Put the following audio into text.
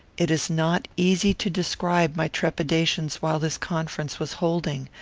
it is not easy to describe my trepidations while this conference was holding.